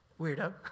weirdo